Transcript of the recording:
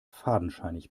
fadenscheinig